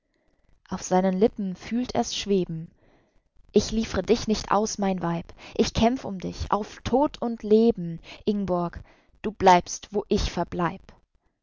auf seinen lippen fühlt er's schweben ich liefre dich nicht aus mein weib ich kämpf um dich auf tod und leben ingborg du bleibst wo ich verbleib